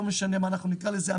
לא משנה איך נקרא לזה,